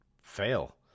Fail